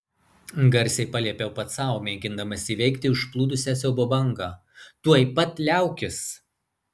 garsiai paliepiau pats sau mėgindamas įveikti užplūdusią siaubo bangą tuoj pat liaukis